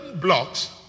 blocks